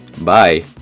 Bye